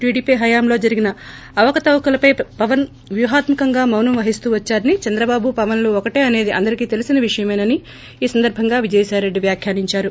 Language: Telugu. టీడీపీ హయాంలో జరిగిన అవకతవకలపై పవన్ వ్యుహత్మ కంగా మౌనం వహిస్తూ వచ్సారని చంద్రబాబు పవస్ లు ఒకటే అసేది అందరికి తెలిసిన విషయమేననొ ఈ సందర్బంగా విజయసాయిరెడ్డి వ్యాఖ్యానించారు